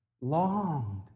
longed